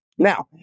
Now